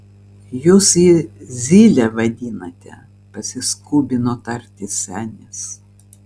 jūs jį zyle vadinate pasiskubino tarti senis